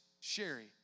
Sherry